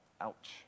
Ouch